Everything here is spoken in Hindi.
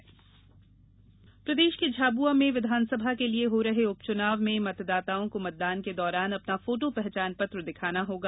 झाबुआ उपचुनाच प्रदेश के झाबुआ में विधानसभा के लिए हो रहे उपचुनाव में मतदाताओं को मतदान के दौरान अपना फोटो पहचान पत्र दिखाना होगा